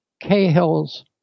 Cahill's